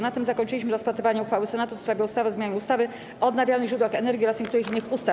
Na tym zakończyliśmy rozpatrywanie uchwały Senatu w sprawie ustawy o zmianie ustawy o odnawialnych źródłach energii oraz niektórych innych ustaw.